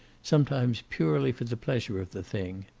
sometimes purely for the pleasure of the thing.